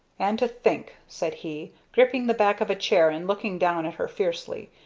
and to think, said he, gripping the back of a chair and looking down at her fiercely,